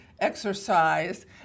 exercise